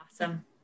Awesome